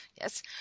Yes